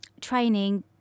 training